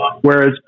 Whereas